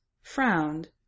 frowned